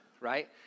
right